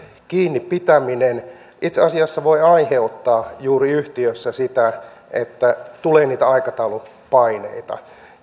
kiinni pitäminen itse asiassa voi aiheuttaa juuri yhtiössä sitä että tulee niitä aikataulupaineita